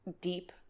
deep